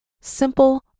Simple